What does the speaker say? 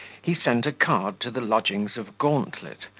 he sent a card to the lodgings of gauntlet,